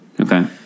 Okay